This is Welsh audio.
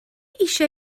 eisiau